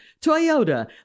Toyota